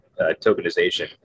tokenization